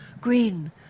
green